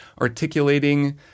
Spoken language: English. articulating